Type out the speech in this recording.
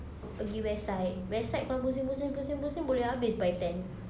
pergi west side west side kalau pusing pusing pusing pusing boleh habis by ten